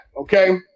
Okay